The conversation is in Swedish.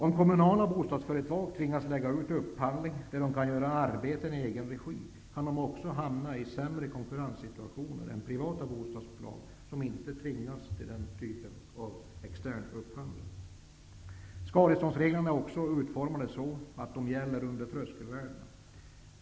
Om kommunala bostadsföretag tvingas upphandla arbeten som de skulle kunna göra i egen regi, kan de hamna i en sämre konkurrenssituation än privata bostadsbolag, som inte tvingas till den typen av extern upphandling. Skadeståndsreglerna är också utformade så att de gäller under tröskelvärdena.